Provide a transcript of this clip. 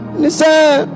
listen